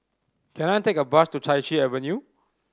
can I take a bus to Chai Chee Avenue